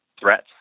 threats